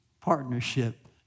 partnership